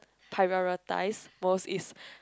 prioritise most is